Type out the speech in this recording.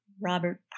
Robert